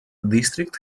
district